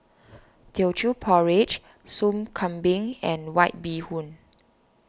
Teochew Porridge Soup Kambing and White Bee Hoon